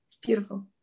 Beautiful